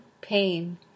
pain